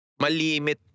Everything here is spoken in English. malimit